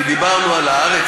כי דיברנו על "הארץ",